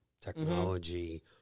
technology